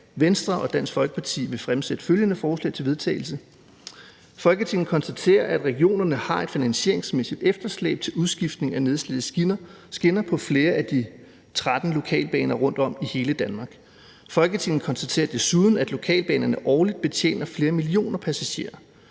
Venstre og Dansk Folkeparti vil fremsætte følgende: Forslag til vedtagelse »Folketinget konstaterer, at regionerne har et finansieringsmæssigt efterslæb til udskiftning af nedslidte skinner på flere af de 13 lokalbaner rundt om i hele Danmark. Folketinget konstaterer desuden, at lokalbanerne årligt betjener flere millioner passagerer.